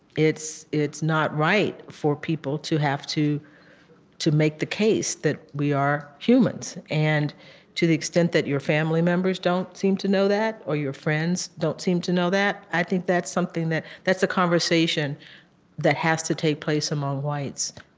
it's not not right for people to have to to make the case that we are humans. and to the extent that your family members don't seem to know that or your friends don't seem to know that, i think that's something that that's a conversation that has to take place among whites.